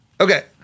Okay